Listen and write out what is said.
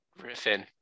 Griffin